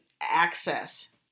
Access